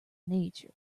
nature